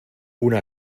una